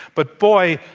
but boy,